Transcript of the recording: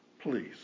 Please